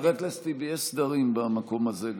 חבר הכנסת טיבי, יש גם סדרים במקום הזה.